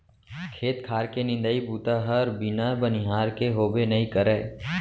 खेत खार के निंदई बूता हर बिना बनिहार के होबे नइ करय